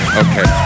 okay